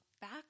back